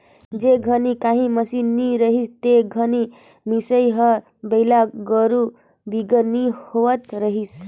जेन घनी काही मसीन नी रहिस ते घनी मिसई हर बेलना, दउंरी बिगर नी होवत रहिस